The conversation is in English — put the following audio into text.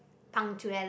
punctuality